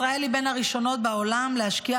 ישראל היא בין הראשונות בעולם להשקיע